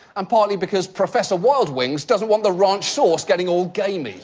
and partly because professor wild wings doesn't want the ranch sauce getting all gamy